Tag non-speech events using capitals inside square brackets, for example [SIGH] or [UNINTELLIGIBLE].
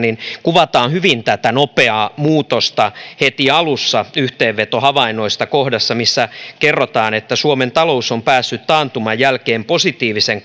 kuvataan hyvin tätä nopeaa muutosta heti alussa yhteenveto havainnoista kohdassa missä kerrotaan että suomen talous on päässyt taantuman jälkeen positiivisen [UNINTELLIGIBLE]